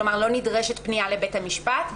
כלומר לא נדרשת פנייה לבית המשפט,